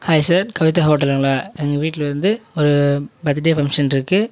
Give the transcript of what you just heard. hi sir Kavitha ஹோட்டலுங்களா எங்கள் வீட்டில் வந்து ஒரு பர்த்டே ஃபங்க்ஷன் இருக்குது